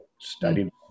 studied